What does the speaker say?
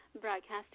broadcasting